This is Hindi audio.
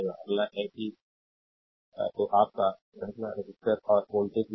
अगला है कि तो आप का श्रृंखला रेसिस्टर्स और वोल्टेज विभाजन